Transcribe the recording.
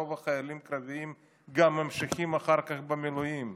רוב החיילים הקרביים גם ממשיכים אחר כך במילואים.